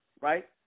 right